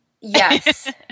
yes